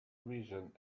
vision